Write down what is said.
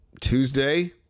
Tuesday